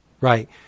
Right